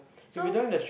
so